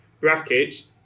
brackets